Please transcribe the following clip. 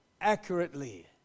accurately